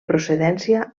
procedència